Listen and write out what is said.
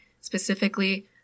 Specifically